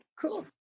Cool